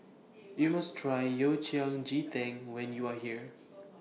YOU must Try Yao Cai Ji Tang when YOU Are here